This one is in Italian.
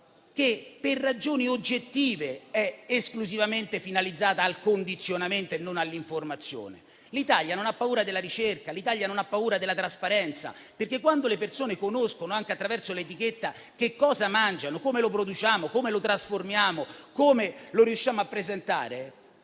che per ragioni oggettive è esclusivamente finalizzata al condizionamento e non all'informazione. L'Italia non ha paura della ricerca, non ha paura della trasparenza: quando le persone conoscono, anche attraverso l'etichetta, che cosa mangiano, come viene prodotto, come viene trasformato, come lo si riesce a presentare,